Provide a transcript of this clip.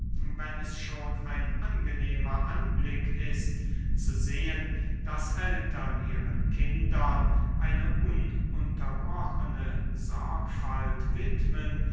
wenn es schon ein angenehmer anblick ist zu sehen daß eltern ihren kindern eine ununterbrochene sorgfalt widmen